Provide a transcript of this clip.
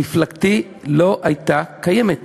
מפלגתי לא הייתה קיימת,